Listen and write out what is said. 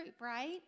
right